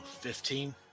Fifteen